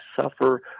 suffer